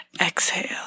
exhale